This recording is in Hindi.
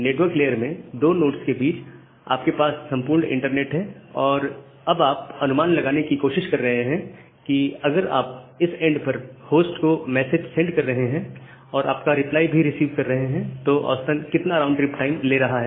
नेटवर्क लेयर में दो नोड्स के बीच में आपके पास संपूर्ण इंटरनेट है और अब आप अनुमान लगाने की कोशिश कर रहे हैं कि अगर आप इस एंड पर होस्ट को मैसेज सेंड कर रहे हैं और उसका रिप्लाई भी रिसीव कर रहे हैं तो यह औसतन कितना राउंड ट्रिप टाइम ले रहा है